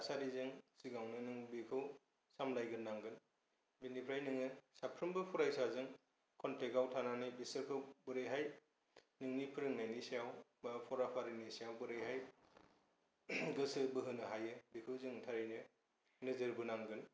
थासारिजों सिगाङावनो नों बेखौ सामलायग्रोनांगोन बेनिफ्राय नोङो सानफ्रामबो फरायसाजों कनटेक्टआव थानानै बिसोरखौ बोरैहाय नोंनि फोरोंनायनि सायाव बा फराफारिनि सायाव बोरैहाय गोसोबोहोनो हायो बेखौ जों थारैनो नोजोरबोनांगोन